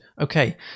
Okay